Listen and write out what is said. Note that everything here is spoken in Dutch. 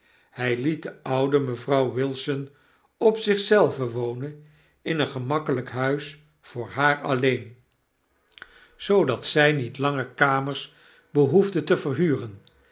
hy liet de oude mevrouw wilson op zich zelve wonen in een gemakkelyk huis voor haar alleen zoodat zij alice trouwt met openshaw niet langer kamers behoefde te verhuren